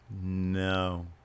No